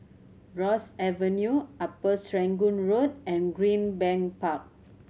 Ross Avenue Upper Serangoon Road and Greenbank Park